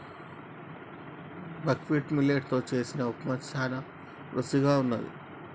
buckwheat millet తో చేసిన ఉప్మా చానా రుచిగా వున్నది